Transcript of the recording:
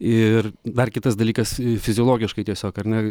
ir dar kitas dalykas fiziologiškai tiesiog ar ne